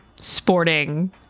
sporting